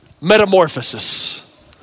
metamorphosis